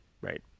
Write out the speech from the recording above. right